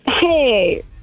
Hey